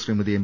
Shrimati M